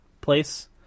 place